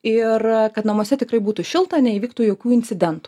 ir kad namuose tikrai būtų šilta neįvyktų jokių incidentų